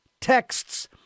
texts